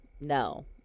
no